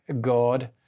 God